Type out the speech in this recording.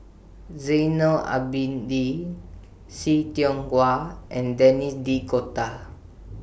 Zainal Abidin See Tiong Wah and Denis D Cotta